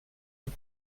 und